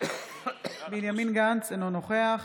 בנימין גנץ, אינו נוכח